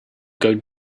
going